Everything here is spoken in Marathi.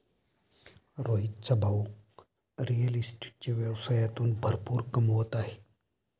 रोहितचा भाऊ रिअल इस्टेटच्या व्यवसायातून भरपूर कमवत आहे